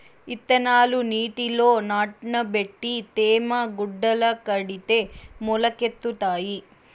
ఇత్తనాలు నీటిలో నానబెట్టి తేమ గుడ్డల కడితే మొలకెత్తుతాయి